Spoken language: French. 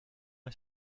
est